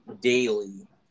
daily